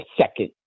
second